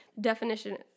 Definition